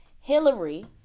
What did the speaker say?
Hillary